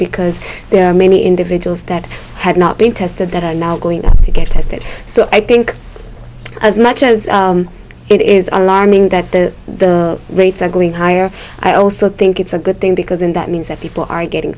because many individuals that had not been tested that are now going to get tested so i think as much as it is alarming that the rates are going higher i also think it's a good thing because in that means that people are getting